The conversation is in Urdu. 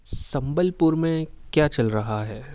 سمبل پور میں کیا چل رہا ہے